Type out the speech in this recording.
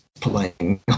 playing